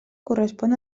correspon